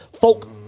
folk